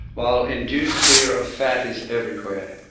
while induced fear of fat is everywhere.